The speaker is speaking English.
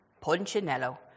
Punchinello